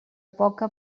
poca